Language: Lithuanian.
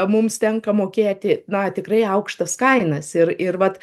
mums tenka mokėti na tikrai aukštas kainas ir ir vat